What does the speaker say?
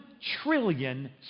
trillion